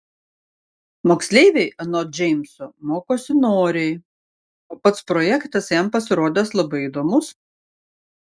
moksleiviai anot džeimso mokosi noriai o pats projektas jam pasirodęs labai įdomus